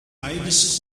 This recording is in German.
beides